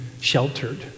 sheltered